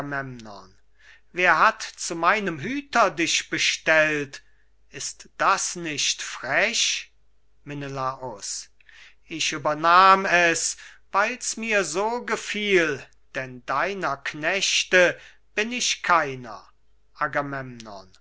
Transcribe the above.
wer hat zu meinem hüter dich bestellt ist das nicht frech menelaus ich übernahm es weil's mir so gefiel denn deiner knechte bin ich keiner